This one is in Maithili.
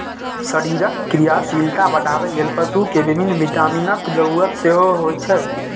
शरीरक क्रियाशीलता बढ़ाबै लेल पशु कें विभिन्न विटामिनक जरूरत सेहो होइ छै